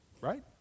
Right